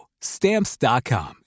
Stamps.com